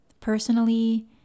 personally